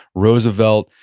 roosevelt,